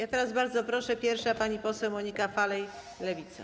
A teraz bardzo proszę, pierwsza jest pani poseł Monika Falej, Lewica.